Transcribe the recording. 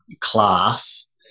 class